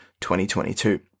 2022